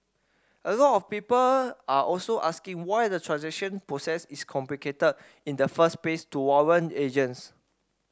a lot of people are also asking why the transaction process is complicated in the first place to warrant agents